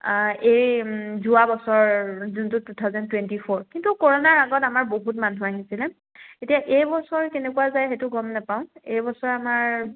এই যোৱা বছৰ যোনটো টু থাউজেণ্ড টুৱেণ্টি ফ'ৰ কিন্তু কৰোনাৰ আগত আমাৰ বহুত মানুহ আহিছিলে এতিয়া এইবছৰ কেনেকুৱা যায় সেইটো গম নাপাওঁ এইবছৰ আমাৰ